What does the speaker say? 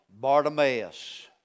Bartimaeus